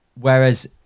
Whereas